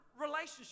relationship